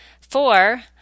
Four